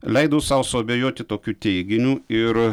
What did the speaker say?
leidau sau suabejoti tokiu teiginiu ir